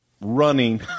running